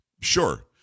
sure